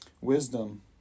wisdom